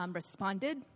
responded